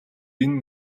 энэ